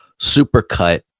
supercut